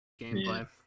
gameplay